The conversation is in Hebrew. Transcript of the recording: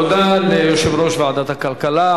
תודה ליושב-ראש ועדת הכלכלה,